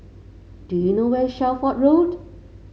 do you know where is Shelford Road